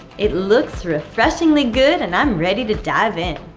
it looks refreshingly good, and i'm ready to dive in.